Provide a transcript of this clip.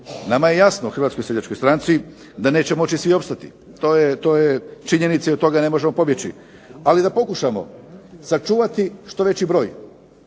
Nama je jasno u HSS da neće moći svi opstati to je činjenica i od toga ne možemo pobjeći. Ali da pokušamo sačuvati što veći broj.